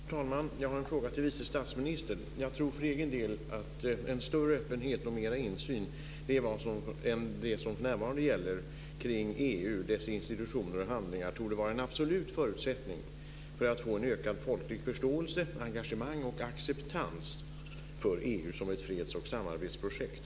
Fru talman! Jag har en fråga till vice statsministern. Jag tror för egen del att en större öppenhet och mera insyn än vad som för närvarande gäller kring EU och dess institutioner och handlingar torde vara en absolut förutsättning för att få en ökad folklig förståelse, ett engagemang och en acceptans för EU som ett freds och samarbetsprojekt.